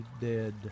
dead